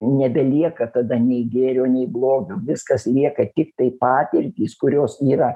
nebelieka tada nei gėrio nei blogio viskas lieka tiktai patirtys kurios yra